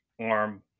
arm